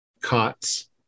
cots